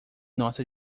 nossa